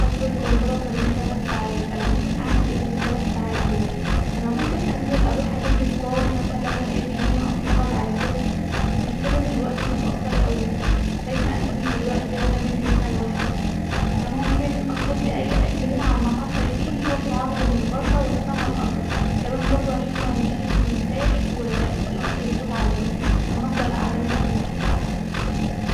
قطر القاهره كمان تلت ساعات انا ممكن اعمل ايه في التلت ساعات دول انا ممكن انزل اروح اجبلي فطار مثلا واجي هنا اتفرج علي فيلم بس المشكله ان الوقت متأخر اوي خايفه انزل دلوقتي وانا بنت هنا لوحدي انا ممكن اطلبلي اي اكل هنا علي المحطة يجيلي واطلع اخده من برا واستني القطر كمان بردو عشان لو مشيت منساش والقطر يفوت عليا انا هفضل قاعده هنا في المحطة احسن